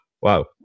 Wow